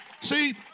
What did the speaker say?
See